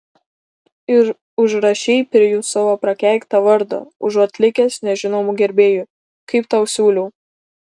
ir užrašei prie jų savo prakeiktą vardą užuot likęs nežinomu gerbėju kaip tau siūliau